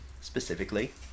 specifically